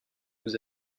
vous